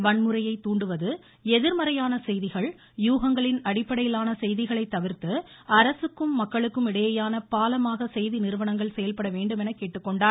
வன்முறையை தூண்டுவது எதிர்மறையான செய்திகள் யூகங்களின் அடிப்படையிலான செய்திகளை தவிர்த்து அரசுக்கும் மக்களுக்கும் இடையேயான பாலமாக செய்தி நிறுவனங்கள் செயல்பட வேண்டுமென கேட்டுக்கொண்டார்